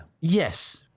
Yes